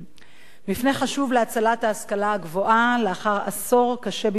מפנה חשוב להצלת ההשכלה הגבוהה לאחר עשור קשה במיוחד.